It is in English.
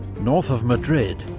north of madrid,